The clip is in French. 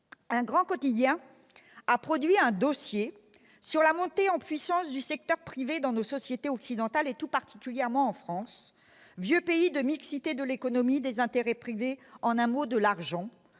un grand quotidien a produit un dossier sur la montée en puissance du secteur privé dans nos sociétés occidentales, tout particulièrement en France, vieux pays de mixité de l'économie, des intérêts privés, en un mot de l'argent,